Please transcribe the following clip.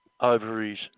ovaries